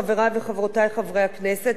חברי וחברותי חברי הכנסת,